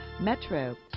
Metro